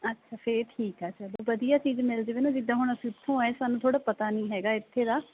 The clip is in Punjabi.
ਅੱਛਾ ਫਿਰ ਠੀਕ ਆ ਜਦੋਂ ਵਧੀਆ ਚੀਜ਼ ਮਿਲ ਜਾਵੇ ਨਾ ਜਿੱਦਾਂ ਹੁਣ ਅਸੀਂ ਉੱਥੋਂ ਆਏ ਸਾਨੂੰ ਥੋੜ੍ਹਾ ਪਤਾ ਨਹੀਂ ਹੈਗਾ ਇੱਥੇ ਦਾ